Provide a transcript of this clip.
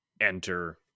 enter